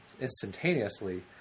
instantaneously